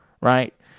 right